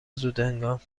زودهنگام